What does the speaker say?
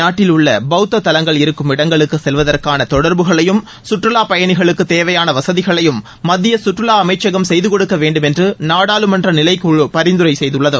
நாட்டிலுள்ள பௌத்த தவங்கள் இருக்கும் இடங்களுக்கு செல்வதற்காள தொடர்புகளையும் கற்றுலாப் பயணிகளுக்கு தேவையான வசதிகளையும் மத்திய சுற்றுலா அமைச்சகம் செய்து கொடுக்க வேண்டும் என்று நாடாளுமன்ற நிலைக்குழு பரிந்துரை செய்துள்ளது